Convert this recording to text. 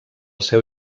seu